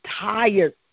tired